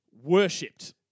worshipped